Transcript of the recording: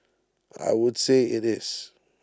I would say IT is